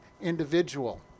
individual